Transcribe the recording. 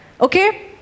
Okay